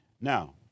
Now